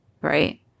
Right